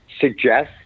suggest